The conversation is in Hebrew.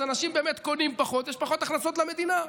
אז אנשים באמת קונים פחות, יש פחות הכנסות למדינה.